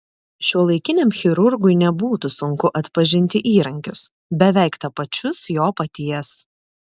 šiuolaikiniam chirurgui nebūtų sunku atpažinti įrankius beveik tapačius jo paties